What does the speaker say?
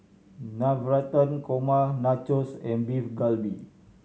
Navratan Korma Nachos and Beef Galbi